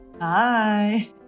Hi